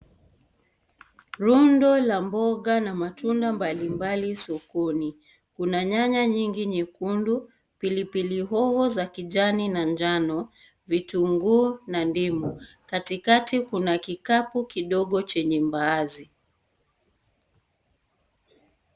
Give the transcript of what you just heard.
Rundo la mboga na matunda mbalimbali sokoni. Kuna nyanya nyingi nyekundu, pilipili hoho za kijani na njano, vitunguu na ndimu. Katikati kuna kikapu Kidogo chenye mbaazi.